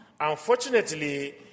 Unfortunately